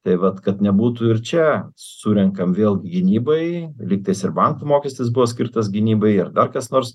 tai vat kad nebūtų ir čia surenkam vėl gynybai lygtais ir bankų mokestis buvo skirtas gynybai ir dar kas nors